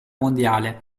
mondiale